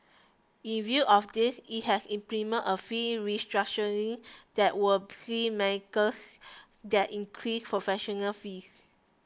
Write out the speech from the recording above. in view of this it has implemented a fee restructuring that will see makers get increased professional fees